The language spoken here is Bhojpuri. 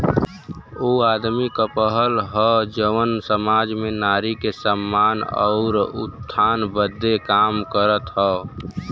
ऊ आदमी क पहल हउवे जौन सामाज में नारी के सम्मान आउर उत्थान बदे काम करत हौ